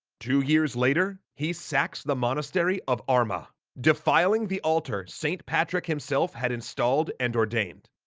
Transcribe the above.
two years later he sacks the monastery of armagh. defiling the altar, saint patrick himself had installed and ordained.